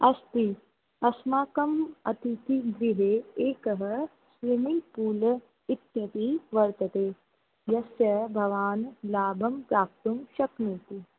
अस्ति अस्माकम् अतिथिगृहे एकः स्विमिङ्ग्पूल् इत्यपि वर्तते यस्य भवान् लाभं प्राप्तुं शक्नोति